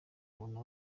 umuntu